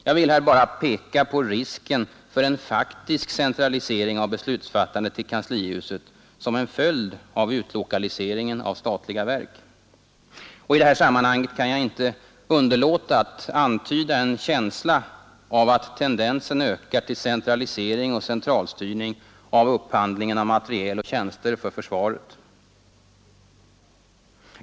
Jag vill här bara peka på risken för en faktisk centralisering av beslutsfattandet till kanslihuset som en följd av utlokaliseringen av statliga verk. I detta sammanhang kan jag inte underlåta att antyda en känsla av att tendensen ökar till centralisering och centralstyrning av upphandlingen av materiel och tjänster för försvaret.